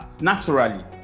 naturally